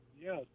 yes